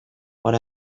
what